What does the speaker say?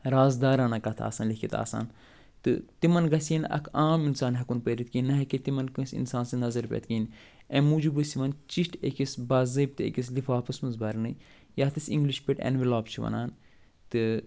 رازدارانا کَتھٕ آسن لیکتھ آسان تہٕ تِمن گژھے نہٕ اکھ عام اِنسان ہٮ۪کُن پٔرِتھ کیٚنٛہہ نَہ ہیٚکے تِمن کٲنٛسہِ اِنسان سٕنٛز نظر پٮ۪تھ کِہیٖنۍ اَمہِ موٗجوٗب ٲسۍ یِوان چِٹھۍ أکِس باضٲبتہٕ أکِس لِفافس منٛز برنَے یَتھ أسۍ اِنٛگلِش پٲٹھۍ اٮ۪نوِلاپ چھِ وَنان تہٕ